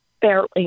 fairly